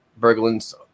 Berglund's